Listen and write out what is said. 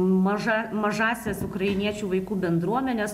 maža mažąsias ukrainiečių vaikų bendruomenes